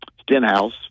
Stenhouse